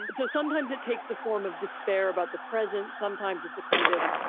and so sometimes it takes the form of despair about the present. sometimes it's a kind of,